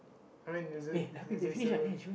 I mean is it did they do it